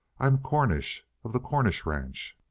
i'm cornish, of the cornish ranch.